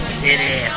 city